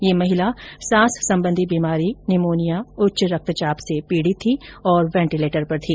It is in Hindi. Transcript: यह महिला सांस संबंधी बीमारी निमोनिया उच्च रक्तचाप से पीडित थी और वेंटीलेटर पर थी